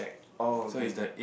oh okay okay